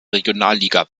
regionalliga